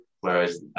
Whereas